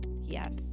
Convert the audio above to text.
Yes